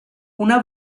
una